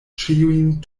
ĉiujn